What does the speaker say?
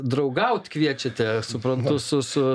draugaut kviečiate suprantu su su